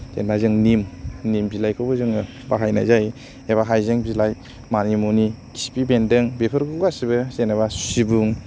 जेनबा जों निम निम बिलाइखौबो जोङो बाहायनाय जायो एबा हायजें बिलाइ मानि मुनि खिफिबेनदों बेफोरखौबो गासैबो जेनेबा सिबुं